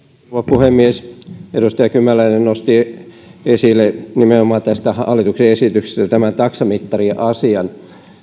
puhemies edustaja kymäläinen nosti esille tästä hallituksen esityksestä nimenomaan tämän taksamittariasian